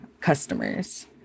customers